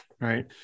Right